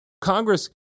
Congress